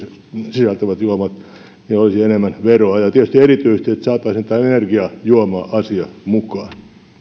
sisältävissä juomissa olisi enemmän veroa ja tietysti erityisesti että saataisiin tämä energiajuoma asia mukaan